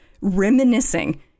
reminiscing